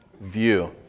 view